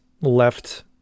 left